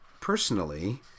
personally